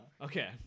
Okay